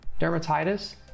dermatitis